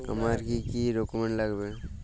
আমার কি কি ডকুমেন্ট লাগবে?